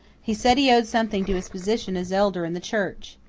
he said he owed something to his position as elder in the church.